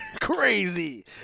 Crazy